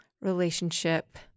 relationship